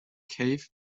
cave